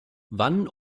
wann